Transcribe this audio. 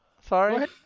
Sorry